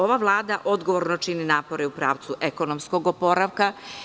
Ova Vlada odgovorno čini napore u pravcu ekonomskog oporavka.